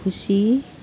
खुसी